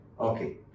Okay